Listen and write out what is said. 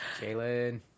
Jalen